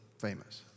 Famous